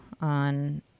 on